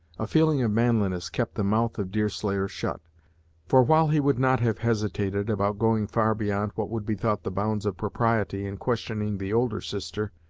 a feeling of manliness kept the mouth of deerslayer shut for, while he would not have hesitated about going far beyond what would be thought the bounds of propriety, in questioning the older sister,